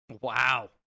Wow